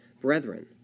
Brethren